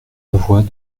voix